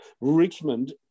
Richmond